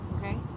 okay